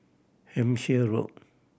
Hampshire Road